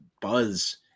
Buzz